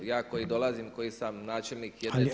Ja koji dolazim, koji sam načelnik.